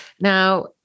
Now